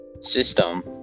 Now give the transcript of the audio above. system